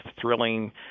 thrilling